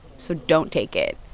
so don't take it,